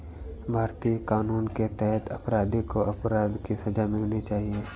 भारतीय कानून के तहत अपराधी को अपराध की सजा मिलनी चाहिए